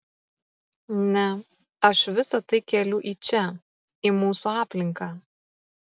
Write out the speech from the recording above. ne aš visa tai keliu į čia į mūsų aplinką